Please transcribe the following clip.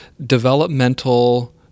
developmental